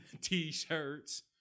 t-shirts